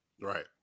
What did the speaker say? right